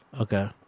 Okay